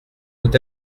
peut